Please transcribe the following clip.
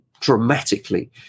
dramatically